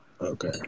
Okay